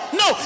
no